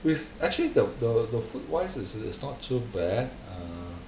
it's actually the the the food-wise is it's not too bad uh